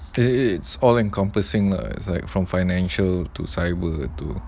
it it it's all encompassing lah it's like from financial to cyber to